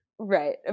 Right